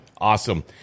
awesome